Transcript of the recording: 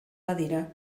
badira